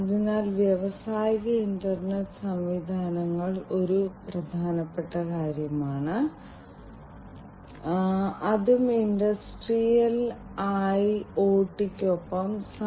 അതിനാൽ വ്യാവസായിക IoT എന്തുകൊണ്ട് ആവശ്യമാണെന്ന് പ്രചോദിപ്പിക്കുന്നതിന് ഞങ്ങൾ ഈ വ്യത്യസ്ത ആശയങ്ങളിലൂടെ കടന്നുപോകും